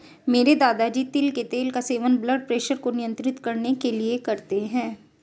मेरे दादाजी तिल के तेल का सेवन ब्लड प्रेशर को नियंत्रित करने के लिए करते हैं